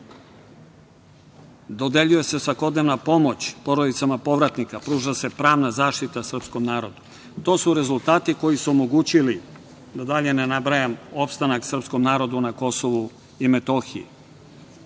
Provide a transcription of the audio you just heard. Dodeljuje se svakodnevna pomoć porodicama povratnika, pruža se pravna zaštita srpskom narodu. To su rezultati koji su omogućili, da dalje ne nabrajam opstanak srpskom narodu na Kosovu i Metohiji.